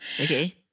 Okay